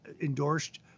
endorsed